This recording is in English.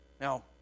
Now